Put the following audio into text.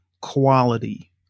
quality